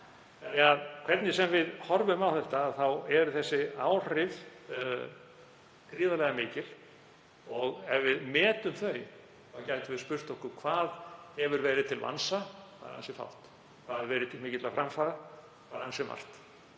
1900. Hvernig sem við horfum á það eru þessi áhrif gríðarlega mikil og ef við metum þau gætum við spurt okkur hvað hafi verið til vansa. Það er ansi fátt. Hvað hefur verið til mikilla framfara? Það er ansi margt.